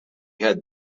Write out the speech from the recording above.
had